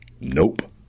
Nope